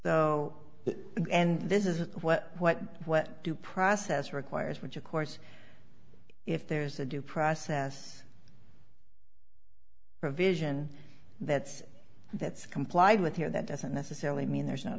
though and this is what what what due process requires which of course if there's a due process provision that's that's complied with here that doesn't necessarily mean there's not